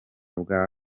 bwa